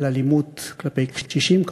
על אלימות כלפי קשישים.